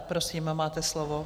Prosím, máte slovo.